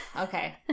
Okay